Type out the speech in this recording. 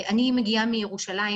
אני מגיעה מירושלים,